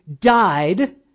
died